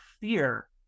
fear